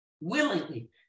willingly